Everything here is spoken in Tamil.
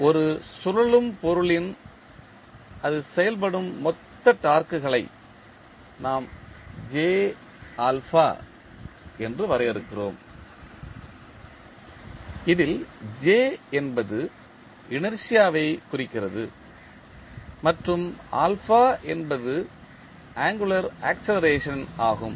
எனவே ஒரு சுழலும் பொருளின் இது செயல்படும் மொத்த டார்க்குகளை நாம் என்று வரையறுக்கிறோம் இதில் J என்பது இனர்ஷியா வைக் குறிக்கிறது மற்றும் என்பது ஆங்குளர் ஆக்ஸெலரேஷன் ஆகும்